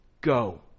go